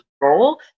role